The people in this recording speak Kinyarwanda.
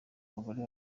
abagore